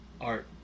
art